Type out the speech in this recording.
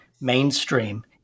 mainstream